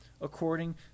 according